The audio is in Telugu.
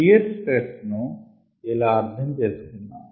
షియర్ స్ట్రెస్ ను ఇలా అర్ధం చేసుకుందాం